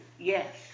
Yes